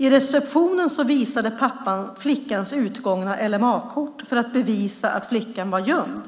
I receptionen visade pappan flickans utgångna LMA-kort för att bevisa att flickan var gömd.